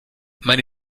meine